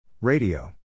Radio